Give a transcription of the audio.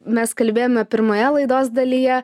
mes kalbėjome pirmoje laidos dalyje